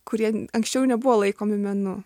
kurie anksčiau nebuvo laikomi menu